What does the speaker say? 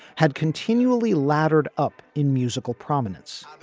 had continually laddered up in musical prominence.